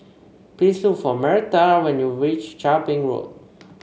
please look for Myrta when you reach Chia Ping Road